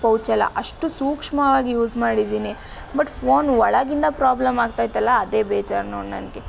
ಪೌಚೆಲ್ಲ ಅಷ್ಟು ಸೂಕ್ಷ್ಮವಾಗಿ ಯೂಸ್ ಮಾಡಿದ್ದೀನಿ ಬಟ್ ಫೋನ್ ಒಳಗಿಂದ ಪ್ರಾಬ್ಲಮ್ ಆಗ್ತೈತಲ್ಲ ಅದೇ ಬೇಜಾರು ನೋಡು ನನಗೆ